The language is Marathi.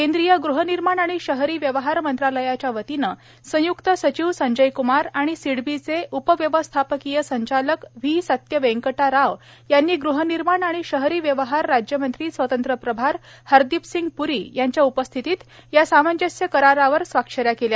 केंद्रीय गृहनिर्माण आणि शहरी व्यवहार मंत्रालयाच्या वतीने संयुक्त सचिव संजय क्मार आणि सिडबीचे उपव्यवस्थापकीय संचालक व्ही सत्य वेंकटा राव यांनी गृहनिर्माण आणि शहरी व्यवहार राज्यमंत्री स्वतंत्र प्रभार हरदीप सिंग प्री यांच्या उपस्थितीत या सामंजस्य करारावर स्वाक्षऱ्या केल्या